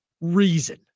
reason